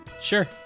sure